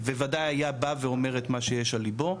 בוודאי היה בא ואומר את מה שיש על ליבו,